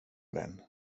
vän